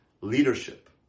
leadership